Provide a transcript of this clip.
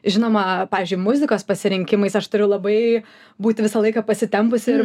žinoma pavyzdžiui muzikos pasirinkimais aš turiu labai būti visą laiką pasitempusi ir